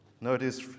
Notice